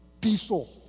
diesel